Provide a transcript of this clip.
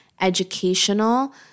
educational